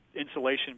insulation